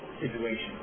situation